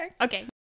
Okay